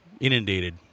inundated